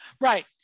Right